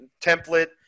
template